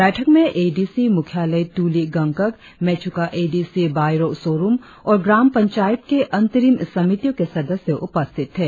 बैठक में A D C मुख्यालय तुली गंगकक मेच्रका ए डी सी बाइरो सोरुम और ग्राम पंचायत के अंतरिम समितियों के सदस्य उपस्थित थे